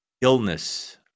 illness